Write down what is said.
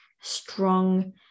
strong